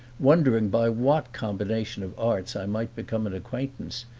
wondering by what combination of arts i might become an acquaintance,